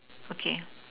okay